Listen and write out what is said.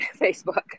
Facebook